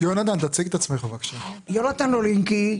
יונתן אולינקי,